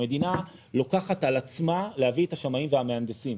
המדינה לוקחת על עצמה להביא את השמאים והמהנדסים.